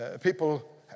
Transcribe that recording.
people